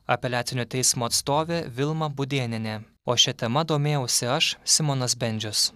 apeliacinio teismo atstovė vilma budėnienė o šia tema domėjausi aš simonas bendžius